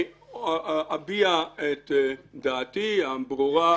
אני אביע את דעתי הברורה.